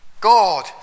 God